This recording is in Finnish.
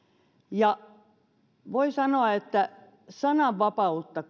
voi sanoa että sananvapautta